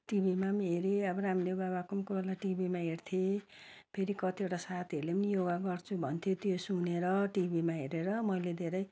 टिभीमा हेरेँ अब रामदेव बाबाको कोही बेला टिभीमा हेर्थेँ फेरि कतिवटा साथीहरूले योगा गर्छु भन्थ्यो त्यो सुनेर टिभीमा हेरेर मैले धेरै